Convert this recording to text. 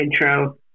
intro